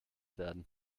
werden